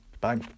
Bye